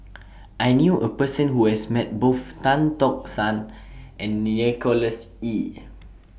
I knew A Person Who has Met Both Tan Tock San and Nicholas Ee